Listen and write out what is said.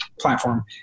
platform